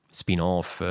spin-off